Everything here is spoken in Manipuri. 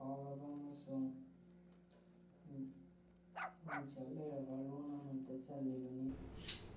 ꯐꯥꯎꯔꯕ ꯑꯃꯁꯨꯡ ꯃꯤꯡꯆꯠ ꯂꯩꯔꯕ ꯂꯣꯟ ꯑꯃꯗ ꯆꯜꯂꯤꯕꯅꯤ